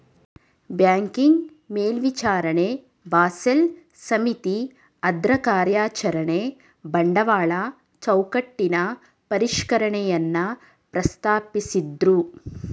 banking ಮೇಲ್ವಿಚಾರಣೆ Basel ಸಮಿತಿ ಅದ್ರಕಾರ್ಯಚರಣೆ ಬಂಡವಾಳ ಚೌಕಟ್ಟಿನ ಪರಿಷ್ಕರಣೆಯನ್ನ ಪ್ರಸ್ತಾಪಿಸಿದ್ದ್ರು